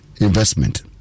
investment